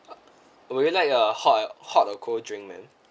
would you like a hot hot or cold drink ma'am